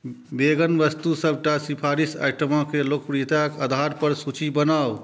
vegan वस्तु सबटा सिफारिश आइटमके लोकप्रियताक आधार पर सूची बनाउ